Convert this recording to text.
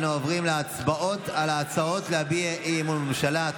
אנו עוברים להצבעות על ההצעות להביע אי-אמון בממשלה.